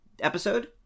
episode